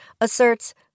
asserts